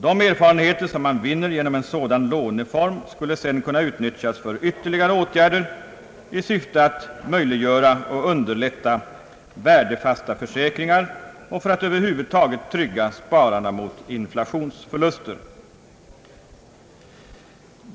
De erfarenheter man vinner genom en sådan låneform skulle sedan kunna utnyttjas för ytterligare åtgärder i syfte att möjliggöra och underlätta värdefasta försäkringar och för att över huvud taget trygga spararna mot inflationsförluster.